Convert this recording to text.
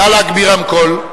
נא להגביר רמקול.